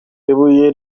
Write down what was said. ibuye